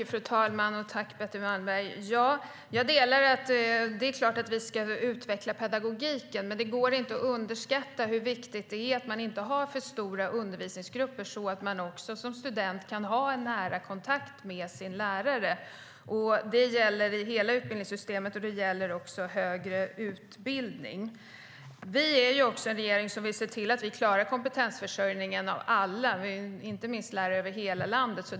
Fru talman! Tack, Betty Malmberg! Det är klart att vi ska utveckla pedagogiken, men det går inte att överskatta hur viktigt det är att inte ha för stora undervisningsgrupper så att man som student kan ha nära kontakt med sin lärare. Det gäller i hela utbildningssystemet, och det gäller också högre utbildning. Vi är en regering som vill se till att vi klarar kompetensförsörjningen av alla, inte minst lärare, över hela landet.